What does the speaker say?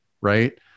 Right